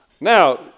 Now